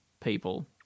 people